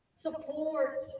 support